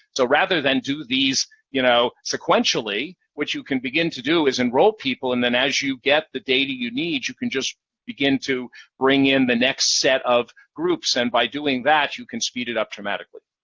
so rather than do these you know sequentially, what you can begin to do is enroll people and then, as you get the data you need, you can just begin to bring in the next set of groups, and by doing that, you can speed it up dramatically.